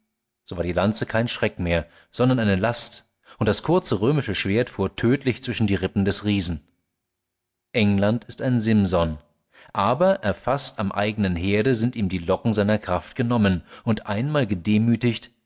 so war die lanze kein schrecken mehr sondern eine last und das kurze römische schwert fuhr tödlich zwischen die rippen des riesen england ist ein simson aber erfaßt am eignen herde sind ihm die locken seiner kraft genommen und einmal gedemütigt